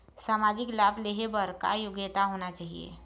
सामाजिक लाभ लेहे बर का योग्यता होना चाही?